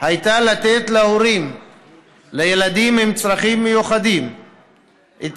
הייתה לתת להורים לילדים עם צרכים מיוחדים את